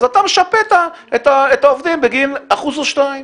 אז אתה משפה את העובדים בגין אחוז או שניים.